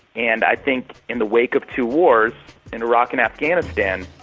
and i think in the wake of two wars in iraq and afghanistan,